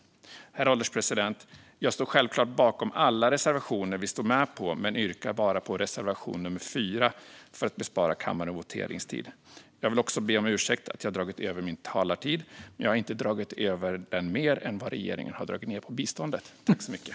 Herr ålderspresident! Jag står självklart bakom alla våra reservationer men yrkar bifall bara till reservation nummer 4 för att bespara kammaren voteringstid. Låt mig också be om ursäkt för att jag dragit över min talartid, men jag har inte dragit över mer än vad regeringen har dragit ned på biståndet.